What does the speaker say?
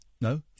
No